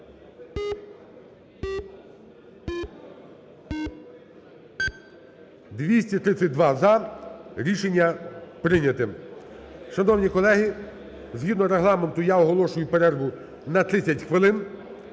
За-232 Рішення прийнято. Шановні колеги, згідно Регламенту я оголошую перерву на 30 хвилин.